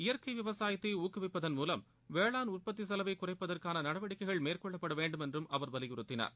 இயற்கை விவசாயத்தை ஊக்குவிப்பதன் மூலம் வேளாண் உற்பத்தி செலவை குறைப்பதற்கான நடவடிக்கைகள் மேற்கொள்ளப்பட வேண்டும் என்று அவர் வலியுறுத்தினார்